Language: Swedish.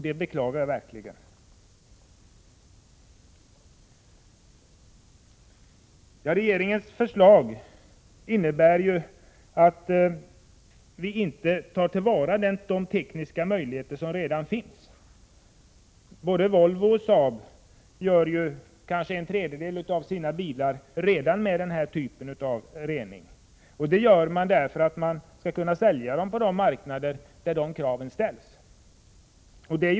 Det beklagar jag verkligen. Regeringens förslag innebär att vi inte tar till vara de tekniska möjligheter som redan finns. Både Volvo och Saab gör redan ungefär en tredjedel av sina bilar med denna typ av rening. Det gör man därför att man skall kunna sälja bilarna på de marknader där sådana krav ställs.